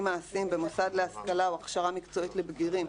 מעשיים במוסד להשכלה או הכשרה מקצועית לבגירים,